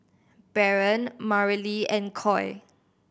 Barron Marilee and Coy